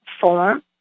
form